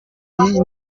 y’iyi